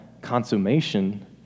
consummation